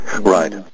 right